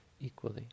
equally